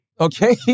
Okay